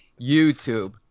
YouTube